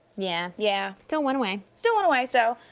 yeah. yeah. still one away. still one away, so.